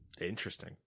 Interesting